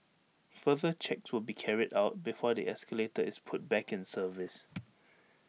further checks will be carried out before the escalator is put back in service